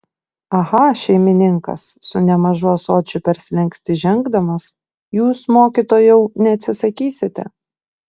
aha šeimininkas su nemažu ąsočiu per slenkstį žengdamas jūs mokytojau neatsisakysite